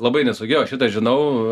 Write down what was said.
labai nesaugi o šitą žinau